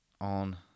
on